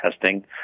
testing